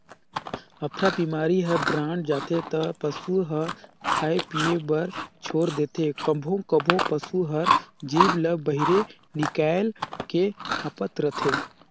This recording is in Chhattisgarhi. अफरा बेमारी ह बाड़ जाथे त पसू ह खाए पिए बर छोर देथे, कभों कभों पसू हर जीभ ल बहिरे निकायल के हांफत रथे